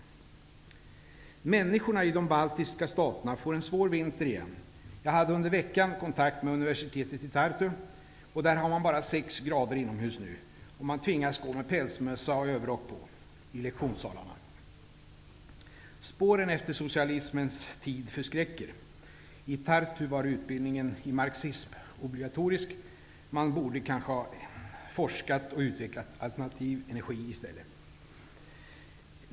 Människorna i de baltiska staterna får en svår vinter igen. Jag hade under veckan kontakt med universitetet i Tartu. Där har man bara sex grader inomhus nu. Man tvingas gå med pälsmössa och ha överrock på i lektionssalarna. Spåren efter socialismens tid förskräcker. I Tartu var utbildningen i marxism obligatorisk. Man borde kanske ha forskat i och utvecklat alternativ energi i stället.